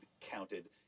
counted